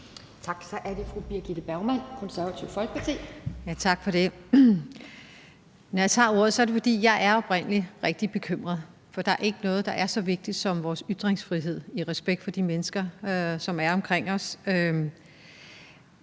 Tak. Så er det fru Birgitte Bergman, Det Konservative Folkeparti. Kl. 12:41 Birgitte Bergman (KF): Tak for det. Når jeg tager ordet, er det, fordi jeg er oprigtig bekymret, for der er ikke noget, der er så vigtigt som vores ytringsfrihed, i respekt for de mennesker, som er omkring os. Jeg